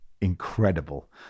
incredible